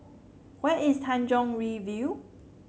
where is Tanjong Rhu View